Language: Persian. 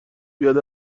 بیاد